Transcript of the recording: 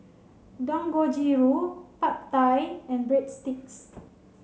Dangojiru Pad Thai and Breadsticks